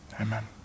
amen